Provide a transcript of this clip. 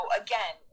again